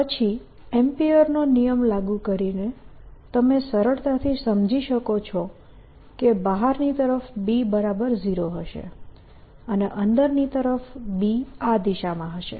પછી એમ્પીયરનો નિયમ Ampere's law લાગુ કરીને તમે સરળતાથી સમજી શકો છો કે બહારની તરફ B0 હશે અને અંદરની તરફ B આ દિશામાં હશે